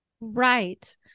Right